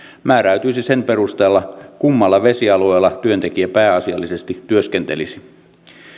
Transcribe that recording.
määräytyisi sen perusteella kummalla vesialueella työntekijä pääasiallisesti työskentelisi